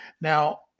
Now